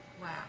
Wow